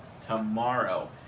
tomorrow